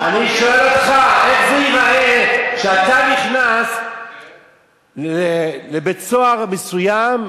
אני שואל אותך איך זה ייראה שאתה נכנס לבית-סוהר מסוים,